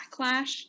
backlash